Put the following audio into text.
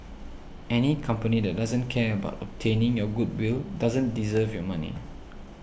any company that doesn't care about obtaining your goodwill doesn't deserve your money